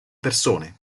persone